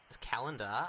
calendar